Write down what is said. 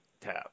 tab